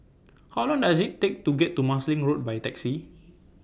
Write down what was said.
How Long Does IT Take to get to Marsiling Road By Taxi